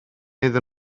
iddyn